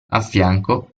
affianco